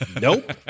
nope